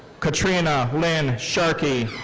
katrina lynn sharkey.